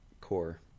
core